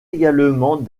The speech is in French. également